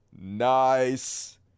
Nice